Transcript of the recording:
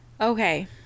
Okay